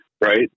right